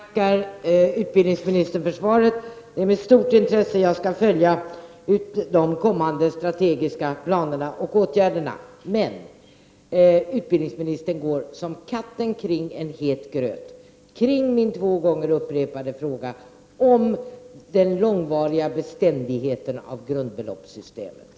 Herr talman! Jag tackar utbildningsministern för svaret. Det är med stort intresse jag skall följa de kommande strategiska planerna och åtgärderna. Men utbildningsministern går som katten kring het gröt runt min två gånger upprepade fråga om grundbeloppsystemets långvariga beständighet.